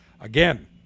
Again